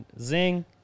zing